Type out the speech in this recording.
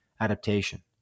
adaptation